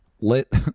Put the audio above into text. lit